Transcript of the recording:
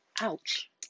Ouch